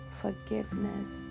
forgiveness